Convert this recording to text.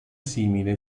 simile